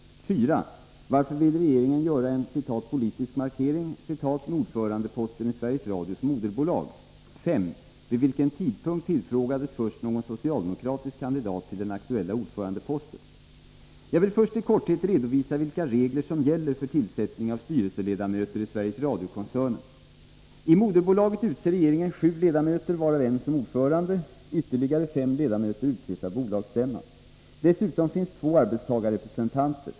4. Varför vill regeringen göra en ”politisk markering” med ordförandeposten i Sveriges Radios moderbolag? 5. Vid vilken tidpunkt tillfrågades först någon socialdemokratisk kandidat till den aktuella ordförandeposten? Jag vill först i korthet redovisa vilka regler som gäller för tillsättning av styrelseledamöter i Sveriges Radio-koncernen. I moderbolaget utser regeringen sju ledamöter, varav en som ordförande. Ytterligare fem ledamöter utses av bolagsstämman. Dessutom finns två arbetstagarrepresentanter.